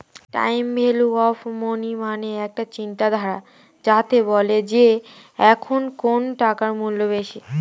time value of money মানে একটা চিন্তাধারা যাতে বলে যে এখন কোন টাকার মূল্য বেশি